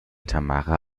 tamara